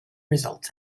results